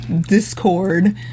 Discord